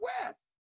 west